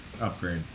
upgrade